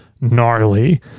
gnarly